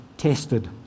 Tested